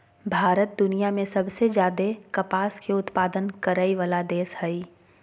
भारत दुनिया में सबसे ज्यादे कपास के उत्पादन करय वला देश हइ